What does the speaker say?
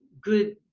good